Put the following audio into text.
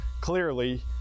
clearly